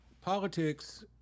politics